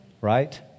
Right